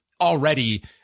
already